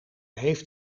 heeft